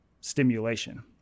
stimulation